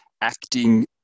acting